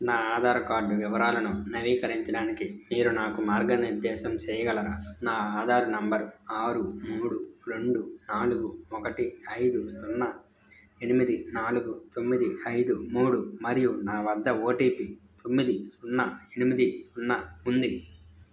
నా ఆధార్ కార్డ్ వివరాలను నవీకరించడానికి మీరు నాకు మార్గనిర్దేశం చేయగలరా నా ఆధార్ నెంబరు ఆరు మూడు రెండు నాలుగు ఒకటి ఐదు సున్నా ఎనిమిది నాలుగు తొమ్మిది ఐదు మూడు మరియు నా వద్ద ఓటీపీ తొమ్మిది సున్నా ఎనిమిది సున్నా ఉంది